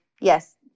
Yes